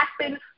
happen